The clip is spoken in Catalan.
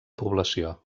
població